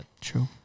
True